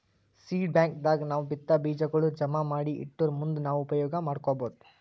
seed bank ದಾಗ್ ನಾವ್ ಬಿತ್ತಾ ಬೀಜಾಗೋಳ್ ಜಮಾ ಮಾಡಿ ಇಟ್ಟರ್ ಮುಂದ್ ನಾವ್ ಉಪಯೋಗ್ ಮಾಡ್ಕೊಬಹುದ್